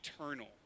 eternal